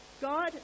God